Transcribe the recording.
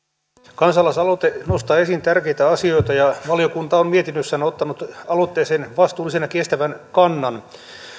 kansalaisaloite nostaa esiin tärkeitä asioita ja valiokunta on mietinnössään ottanut aloitteeseen vastuullisen ja kestävän kannan